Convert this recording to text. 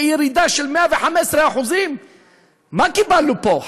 בירידה של 115%. מה קיבלנו פה,